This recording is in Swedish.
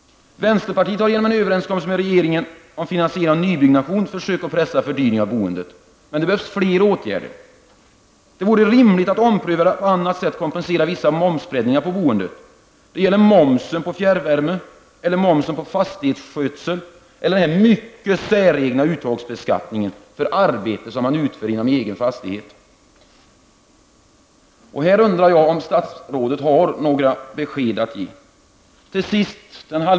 Vänsterpartiet har genom en överenskommelse med regeringen om finansieringen av nybyggandet försökt att pressa fördyringar av boendet, men det behövs fler åtgärder. Det vore rimligt att ompröva eller på annat sätt kompensera vissa momsbreddningar på boendet. Det gäller t.ex. momsen på fjärrvärme, eller momsen på fastighetsskötsel eller den mycket säregna uttagsbeskattningen för arbete som utförs inom egna fastigheter. Här undrar jag om statsrådet har något besked att ge?